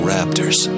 Raptors